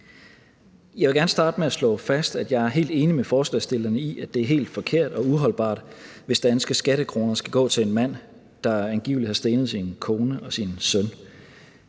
Jeg vil gerne starte med at slå fast, at jeg er helt enig med forslagsstillerne i, at det er helt forkert og uholdbart, hvis danske skattekroner skal gå til en mand, der angiveligt har stenet sin kone og sin søn.